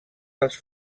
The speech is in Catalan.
les